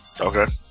Okay